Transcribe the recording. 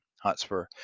Hotspur